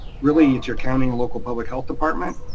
really it's your county and local public health department.